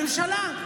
הממשלה.